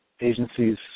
agencies